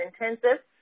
Intensive